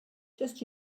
just